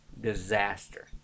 disaster